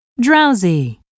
Drowsy